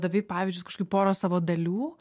davei pavyzdžius kažkokių poros savo dalių